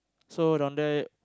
so down there